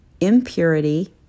impurity